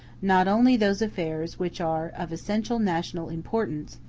not only those affairs which are of essential national importance,